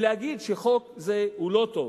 ולהגיד שחוק זה הוא לא טוב,